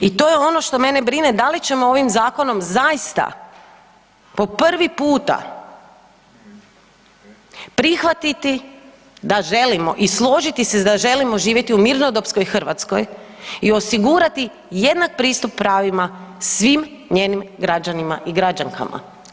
I to je ono što mene brine da li ćemo ovim zakonom zaista po prvi puta prihvatiti da želimo i složiti se da želimo živjeti u mirnodopskoj Hrvatskoj i osigurati jednak pristup pravima svim njenim građanima i građankama.